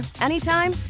anytime